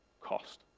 cost